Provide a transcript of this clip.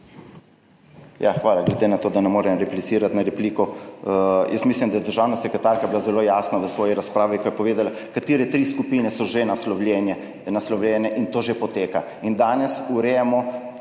Hvala. Glede na to, da ne morem replicirati na repliko. Mislim, da je bila državna sekretarka zelo jasna v svoji razpravi, ko je povedala, katere tri skupine so že naslovljene, in to že poteka. Danes urejamo